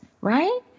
right